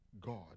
God